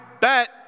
bet